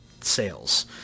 sales